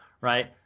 right